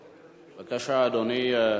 בבקשה, אדוני.